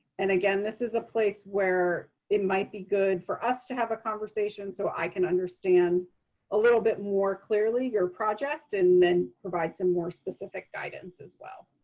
and again, this is a place where it might be good for us to have a conversation so i can understand a little bit more clearly your project. and then provide some more specific guidance as well.